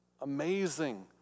amazing